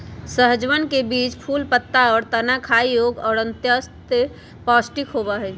सहजनवन के बीज, फूल, पत्ता, और तना खाय योग्य और अत्यंत पौष्टिक होबा हई